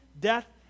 death